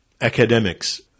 academics